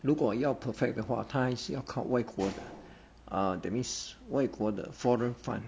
如果要 perfect 的话他还是要靠外国的 err that means 外国的 foreign fund